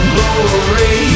Glory